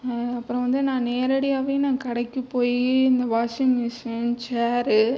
அப்புறம் வந்து நான் நேரடியாகவே நான் கடைக்கு போய் இந்த வாஷிங் மிஷின் சேரு